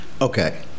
Okay